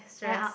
stress